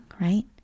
right